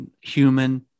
Human